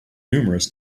numerous